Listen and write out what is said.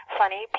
funny